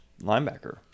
linebacker